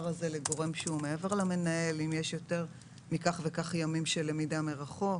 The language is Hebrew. הזה לגורם שהוא מעבר למנהל אם יש יותר מכך וכך ימים של למידה מרחוק.